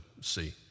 see